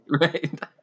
Right